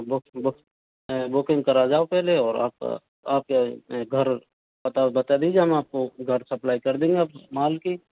book book booking करा जाओ पहले और आप आप घर पता बता दीजिए हम आपको घर सप्लाइ कर देंगे आप माल की